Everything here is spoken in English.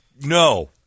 No